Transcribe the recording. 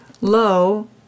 Low